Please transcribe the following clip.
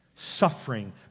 Suffering